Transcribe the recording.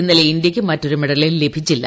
ഇന്നലെ ഇന്ത്യയ്ക്ക് മറ്റൊരു മെഡലും ലഭിച്ചില്ല